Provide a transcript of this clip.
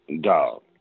Dog